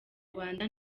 rwanda